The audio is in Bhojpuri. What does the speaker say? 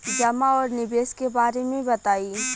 जमा और निवेश के बारे मे बतायी?